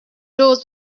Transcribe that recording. doors